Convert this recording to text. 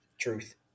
truth